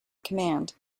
command